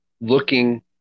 looking